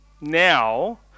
now